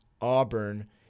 Auburn